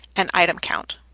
and item count.